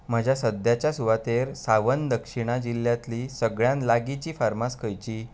म्हज्या सद्याच्या सुवातेर सावन दक्षिणा जिल्ल्यांतली सगळ्यांत लागींची फर्मास खंयची